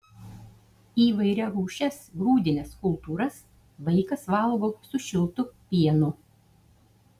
įvairiarūšes grūdines kultūras vaikas valgo su šiltu pienu